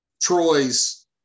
Troy's